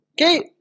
Okay